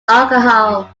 alcohol